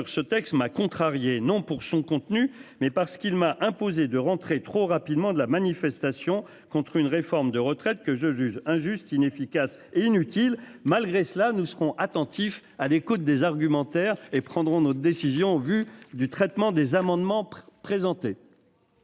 ce texte m'a contrarié non pour son contenu mais parce qu'il m'a imposé de rentrer trop rapidement de la manifestation contre une réforme de retraites que je juge injuste, inefficace et inutile. Malgré cela, nous serons attentifs à l'écoute des argumentaires et prendrons notre décision vue du traitement des amendements présentés.